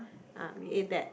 ah we ate that